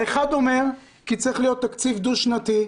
האחד אומר כי צריך להיות תקציב דו-שנתי,